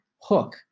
hook